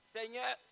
Seigneur